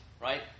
right